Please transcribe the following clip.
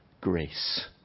Grace